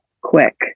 quick